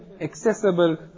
accessible